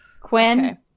Quinn